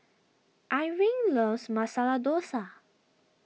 Irving loves Masala Dosa